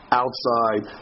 outside